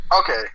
Okay